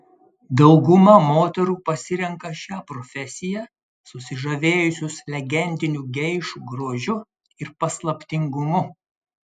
dauguma moterų pasirenka šią profesiją susižavėjusios legendiniu geišų grožiu ir paslaptingumu